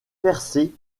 percé